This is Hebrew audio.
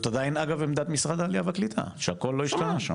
זו עדיין עמדת משרד העלייה והקליטה, שהכל בסדר שם.